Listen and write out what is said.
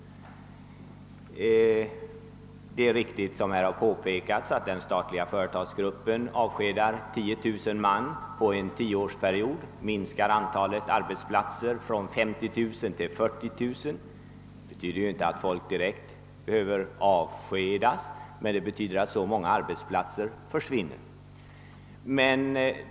Det är riktigt att, såsom här har påpekats, den statliga företagsgruppen på en tioårsperiod har minskat antalet arbetsplatser från 50 000 till 40 000 — det betyder ju inte direkt att folk behöver avskedas, men det betyder, att så många arbetsplatser försvinner.